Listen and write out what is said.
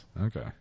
Okay